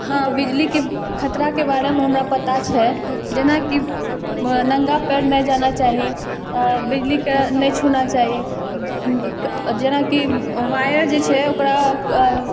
हँ बिजलीके खतराके बारेमे हमरा पता छै जेनाकि नङ्गा पएर नहि जाना चाही बिजलीके नहि छूना चाही जेनाकि वायर जे छै ओकरा